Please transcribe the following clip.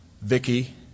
Vicky